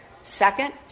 second